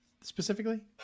specifically